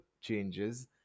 changes